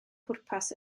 pwrpas